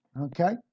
Okay